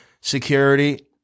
security